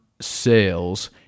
sales